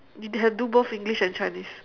we had do both english and chinese